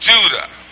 Judah